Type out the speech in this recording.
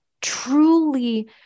truly